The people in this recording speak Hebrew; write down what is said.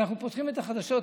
אנחנו פותחים את החדשות,